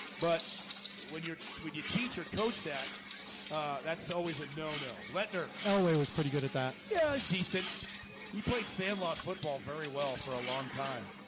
but when you're when you teach or coach that that's always a no-no. let nur elway was pretty good at that. yeah decent he played sandlot football very well for a long time